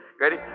Ready